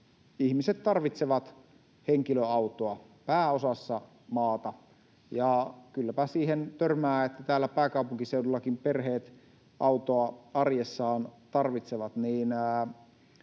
ihmiset tarvitsevat henkilöautoa pääosassa maata — ja kylläpä siihen törmää, että täällä pääkaupunkiseudullakin perheet autoa arjessaan tarvitsevat